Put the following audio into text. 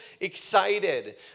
excited